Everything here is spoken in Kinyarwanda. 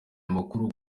amakuru